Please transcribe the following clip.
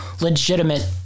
legitimate